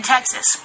Texas